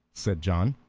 said john,